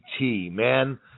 man